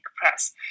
Press